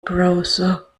browser